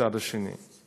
בצד השני.